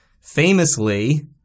famously